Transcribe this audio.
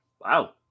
Wow